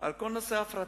על כל נושא ההפרטה.